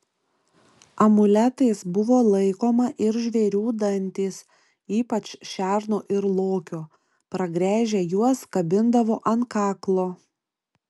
amuletais buvo laikoma ir žvėrių dantys ypač šerno ir lokio pragręžę juos kabindavo ant kaklo